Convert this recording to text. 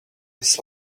his